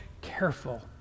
careful